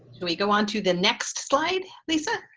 we go onto the next slide lisa.